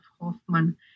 Hoffman